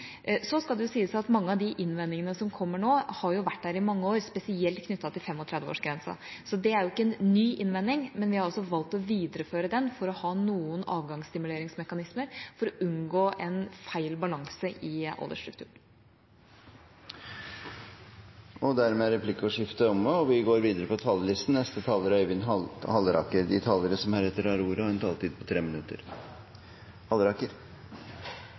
Så det er ikke en ny innvending, men vi har valgt å videreføre den for å ha noen avgangsstimuleringsmekanismer for å unngå en feil balanse i aldersstrukturen. Replikkordskiftet er omme. De talere som heretter får ordet, har en taletid på inntil 3 minutter.